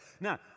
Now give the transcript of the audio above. Now